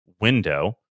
window